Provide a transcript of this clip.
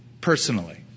personally